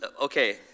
okay